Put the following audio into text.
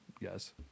yes